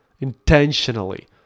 intentionally